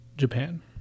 japan